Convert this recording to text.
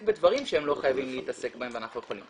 בדברים שהם לא חייבים להתעסק בהם ואנחנו יכולים.